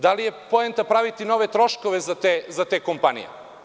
Da li je poenta praviti nove troškove za te kompanije?